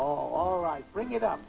all right bring it up